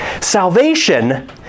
Salvation